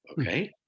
Okay